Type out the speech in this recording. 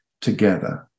together